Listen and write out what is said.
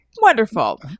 Wonderful